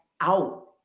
out